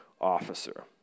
officer